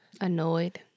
Annoyed